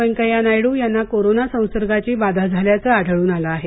वेकैय्या नायडू यांना कोरोना संसर्गाची बाधा झाल्याचं आढळून आलं आहे